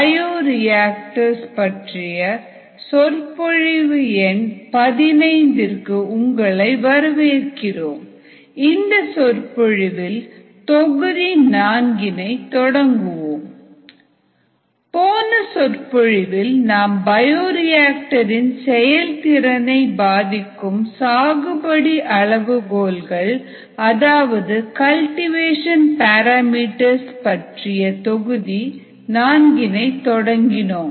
போன சொற்பொழிவில் நாம் பயோரிஆக்டர் இன் செயல்திறனை பாதிக்கும் சாகுபடி அளவுகோல்கள் அதாவது கல்டிவேஷன் பேராமீட்டர்ஸ் பற்றிய தொகுதி நான்கினை தொடங்கினோம்